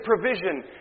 provision